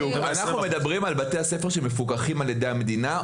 אנחנו מדברים על בתי הספר שמפוקחים על ידי המדינה,